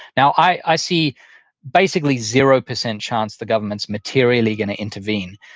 now, i see basically zero percent chance the government's materially going to intervene.